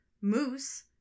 moose